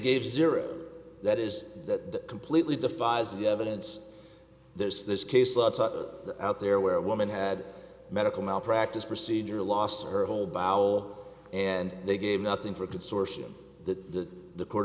gave zero that is that completely defies the evidence there's this case out there where a woman had medical malpractise procedure lost her whole bowel and they gave nothing for a consortium that the court